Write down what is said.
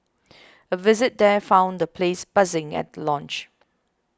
a visit there found the place buzzing at the launch